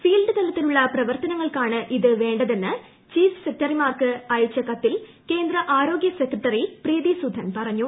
field തലത്തിലുള്ള പ്രവർത്തനങ്ങൾക്കാണ് ഇത് വേണ്ടതെന്ന് ചീഫ് സെക്രട്ടറിമാർക്ക് അയച്ച കത്തിൽ കേന്ദ്ര ആരോഗൃ സെക്രട്ടറി പ്രീതി സുദൻ പറഞ്ഞു